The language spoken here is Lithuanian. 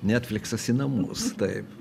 netfliksas į namus taip